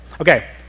Okay